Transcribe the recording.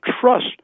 trust